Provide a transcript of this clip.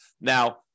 Now